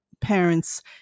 parents